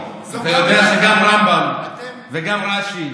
שלמה, אתה יודע שגם רמב"ם וגם רש"י